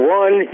one